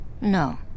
No